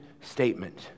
statement